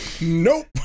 Nope